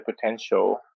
potential